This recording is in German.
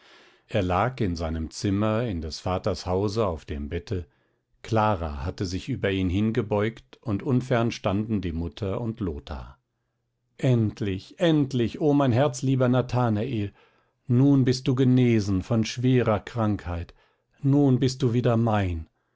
er lag in seinem zimmer in des vaters hause auf dem bette clara hatte sich über ihn hingebeugt und unfern standen die mutter und lothar endlich endlich o mein herzlieber nathanael nun bist du genesen von schwerer krankheit nun bist du wieder mein